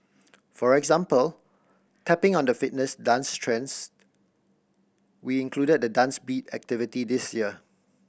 for example tapping on the fitness dance trends we included the Dance Beat activity this year